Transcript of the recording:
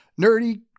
Nerdy